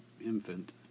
infant